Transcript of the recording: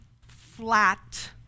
flat